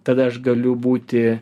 tada aš galiu būti